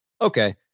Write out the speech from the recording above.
okay